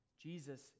Jesus